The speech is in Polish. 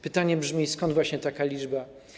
Pytanie brzmi: Skąd właśnie taka liczba?